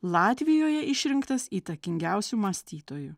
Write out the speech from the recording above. latvijoje išrinktas įtakingiausiu mąstytoju